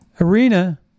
Arena